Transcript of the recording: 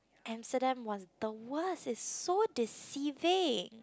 Amsterdam was the worst is so deceiving